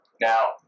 Now